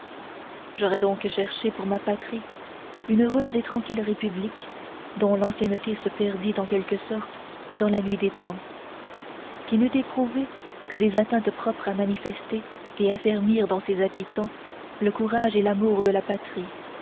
j'aurais donc cherché pour ma patrie une heureuse et tranquille république dont l'ancienneté se perdît en quelque sorte dans la nuit des temps qui n'eût éprouvé que des atteintes propres à manifester et affermir dans ses habitants le courage et l'amour de la patrie